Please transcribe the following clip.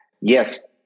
yes